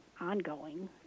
ongoing